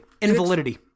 Invalidity